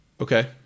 Okay